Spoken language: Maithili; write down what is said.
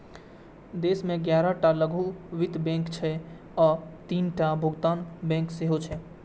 देश मे ग्यारह टा लघु वित्त बैंक छै आ तीनटा भुगतान बैंक सेहो छै